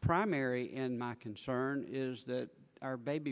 primary and not concern is that our baby